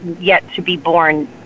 yet-to-be-born